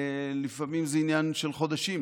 לפעמים זה עניין של חודשים,